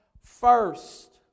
first